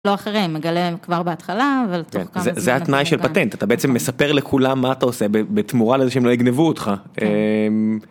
לא אחריהם מגלה כבר בהתחלה אבל תוך כמה..זה התנאי של פטנט אתה בעצם מספר לכולם מה אתה עושה בתמורה לזה שהם לא יגנבו אותך.